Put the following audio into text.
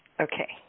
okay